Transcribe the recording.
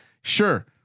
Sure